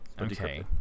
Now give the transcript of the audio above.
Okay